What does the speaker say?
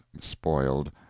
spoiled